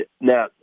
Now